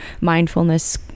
mindfulness